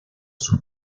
sus